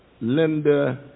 Linda